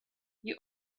you